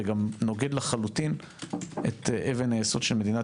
וגם נוגד לחלוטין את אבן היסוד של מדינת